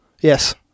Yes